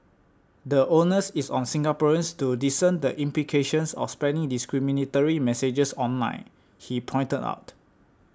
the onus is on Singaporeans to discern the implications of spreading discriminatory messages online he pointed out